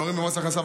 להורים במס הכנסה,